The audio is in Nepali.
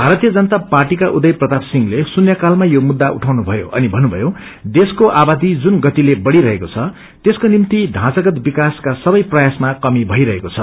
भारतीय जनता पार्टीका उदय प्रताप सिंहले श्रून्यक्रलामा यो मुद्दा उठाउनुथयो अनि भन्नुथयो देशको आवादी जुन गतिले बढ़ीरहेको द त्यसको निम्ति ढ़ाँचागत विक्रसका सबै प्रयासमा कमी भइरहेको छ